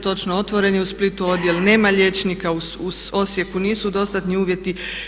Točno, otvoren je u Splitu odjel, nema liječnika u Osijeku, nisu dostatni uvjeti.